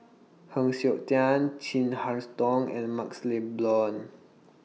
Heng Siok Tian Chin Harn's Tong and MaxLe Blond